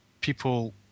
people